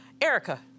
Erica